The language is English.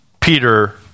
Peter